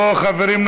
בואו חברים,